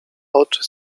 oczy